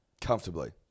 Comfortably